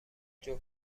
جفت